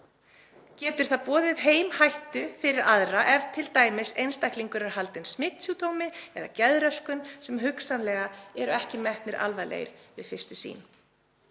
getur það boðið heim hættu fyrir aðra ef t.d. einstaklingur er haldinn smitsjúkdómi eða geðröskun sem hugsanlega eru ekki metnir alvarlegir við fyrstu sýn.